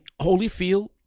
Holyfield